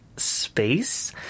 space